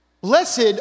blessed